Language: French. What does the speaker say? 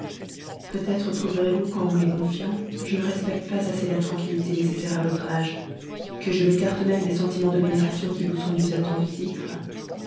peut-être trouverez-vous qu'en vous les confiant je ne respecte pas assez la tranquillité nécessaire à votre âge que je m'écarte même des sentiments de vénération qui vous sont dus à tant de titres